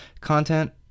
Content